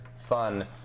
Fun